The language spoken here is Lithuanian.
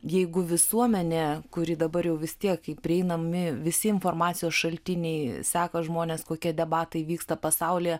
jeigu visuomenė kuri dabar jau vis tiek kai prieinami visi informacijos šaltiniai seka žmonės kokie debatai vyksta pasaulyje